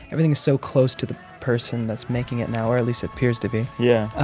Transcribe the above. everything's so close to the person that's making it now, or at least appears to be. yeah.